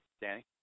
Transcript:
Danny